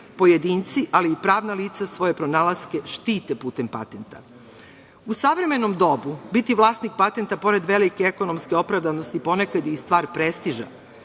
pojedinci, ali i pravna lica svoje pronalaske štite putem patenta.U savremenom dobu biti vlasnik patenta pored velike ekonomske opravdanosti, ponekad je i stvar prestižan.